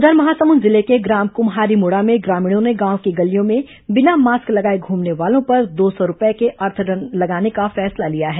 उधर महासमुंद जिले के ग्राम कुम्हारीमुड़ा में ग्रामीणों ने गांव की गलियों में बिना मास्क लगाए घूमने वालों पर दो सौ रूपये के अर्थदण्ड लगाने का फैसला लिया है